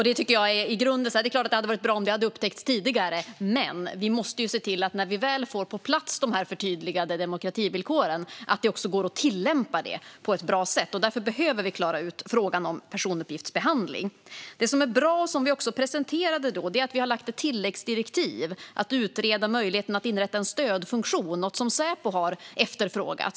Det hade såklart varit bra om detta hade upptäckts tidigare, men vi måste se till att när vi väl får de förtydligade demokrativillkoren på plats ska det också gå att tillämpa dem på ett bra sätt. Därför behöver vi klara ut frågan om personuppgiftsbehandling. Det som är bra, och som vi också presenterade under beredningen, är att vi har lagt till ett tilläggsdirektiv att utreda möjligheten att inrätta en stödfunktion - något som Säpo har efterfrågat.